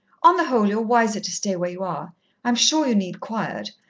on the whole you're wiser to stay where you are i'm sure you need quiet,